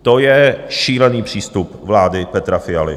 To je šílený přístup vlády Petra Fialy.